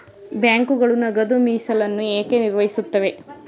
ಬ್ಯಾಂಕುಗಳು ನಗದು ಮೀಸಲನ್ನು ಏಕೆ ನಿರ್ವಹಿಸುತ್ತವೆ?